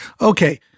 Okay